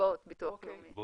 קצבאות ביטוח לאומי.